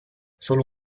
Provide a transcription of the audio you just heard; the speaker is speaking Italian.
solo